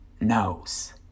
nose